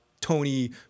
Tony